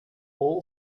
all